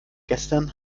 gestern